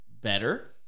better